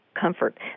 comfort